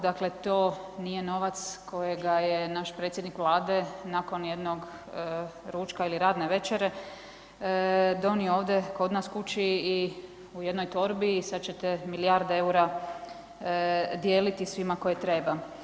Dakle, to nije novac kojega je naš predsjednik Vlade nakon jednog ručka ili radne večere donio ovdje kod nas kući i u jednoj torbi i sada će te milijarde EUR-a dijeliti svima koje treba.